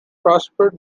prospered